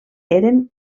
eren